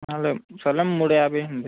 లేదు సర్లేండి మూడు యాభై అండి